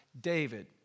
David